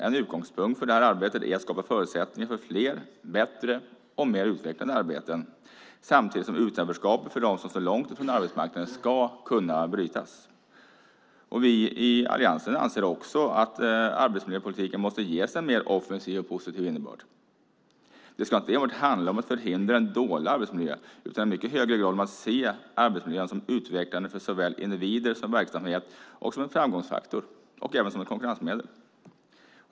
En utgångspunkt för det här arbetet är att skapa förutsättningar för fler, bättre och mer utvecklande arbeten samtidigt som utanförskapet för dem som står långt ifrån arbetsmarknaden ska kunna brytas. Vi i Alliansen anser också att arbetsmiljöpolitiken måste ges en mer offensiv och positiv innebörd. Det ska inte enbart handla om att förhindra en dålig arbetsmiljö utan i mycket högre grad om att se arbetsmiljön som utvecklande för såväl individer som verksamheter. Man ska också se den som en framgångsfaktor och även som ett konkurrensmedel.